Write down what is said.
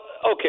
okay